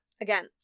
again